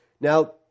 Now